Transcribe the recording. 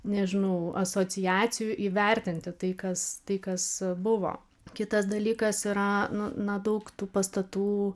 nežinau asociacijų įvertinti tai kas tai kas buvo kitas dalykas yra nu na daug tų pastatų